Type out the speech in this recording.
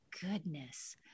goodness